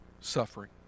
suffering